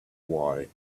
why